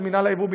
של מינהל היבוא,